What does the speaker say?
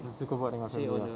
yang suka buat dengan family ah